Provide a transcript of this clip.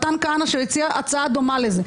מתן כהנא שהציע הצעה דומה לזאת,